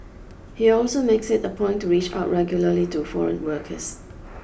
he also makes it a point to reach out regularly to foreign workers